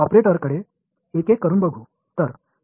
இந்த ஆபரேட்டர்களை இப்போது ஒவ்வொன்றாக பார்ப்போம்